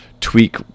tweak